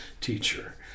teacher